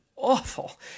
awful